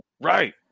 Right